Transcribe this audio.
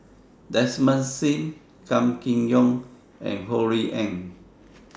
Desmond SIM Kam Kee Yong and Ho Rui An